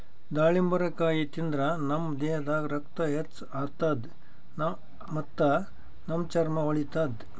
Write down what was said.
ದಾಳಿಂಬರಕಾಯಿ ತಿಂದ್ರ್ ನಮ್ ದೇಹದಾಗ್ ರಕ್ತ ಹೆಚ್ಚ್ ಆತದ್ ಮತ್ತ್ ನಮ್ ಚರ್ಮಾ ಹೊಳಿತದ್